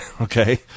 okay